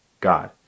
God